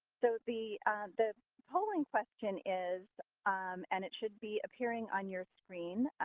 so, the the polling question is and it should be appearing on your screen